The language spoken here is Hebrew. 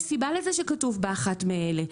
יש סיבה לזה שכתוב ב"אחת מאלה".